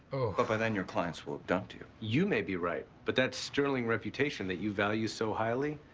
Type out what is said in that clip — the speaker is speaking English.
but by then your clients will have dumped you. you may be right, but that sterling reputation that you value so highly,